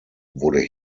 wurde